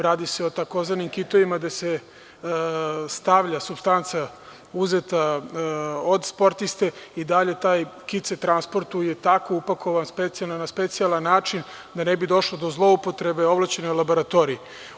Radi se o takozvanim kitovima, gde se stavlja supstanca uzeta od sportiste i dalje taj kit se transportuje tako upakovan na specijalan način, da ne bi došlo do zloupotrebe u ovlašćenoj laboratoriji.